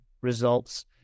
results